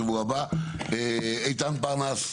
איתן פרנס.